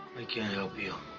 can't help you